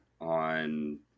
on